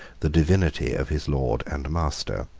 the divinity of his lord and master.